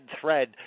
Thread